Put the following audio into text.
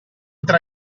tra